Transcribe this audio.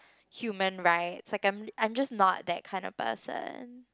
human rights like I'm I'm just not that kind of person